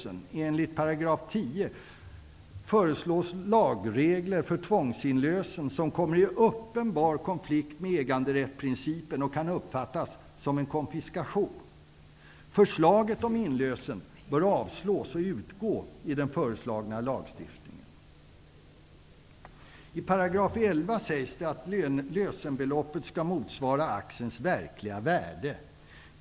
Enligt § 10 föreslås lagregler för tvångsinlösen, som kommer i uppenbar konflikt med äganderättsprincipen och som kan uppfattas som en konfiskation. Förslaget om inlösen bör avslås och utgå i den föreslagna lagstiftningen. I § 11 sägs att lösenbeloppet skall motsvara aktiens verkliga värde.